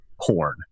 porn